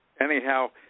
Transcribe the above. anyhow